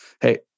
Hey